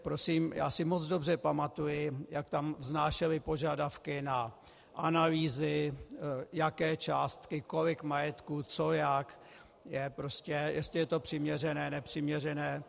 Prosím, já si moc dobře pamatuji, jak tam vznášeli požadavky na analýzy, jaké částky, kolik majetku, co a jak je, jestli je to přiměřené, nepřiměřené.